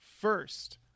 first